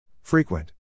Frequent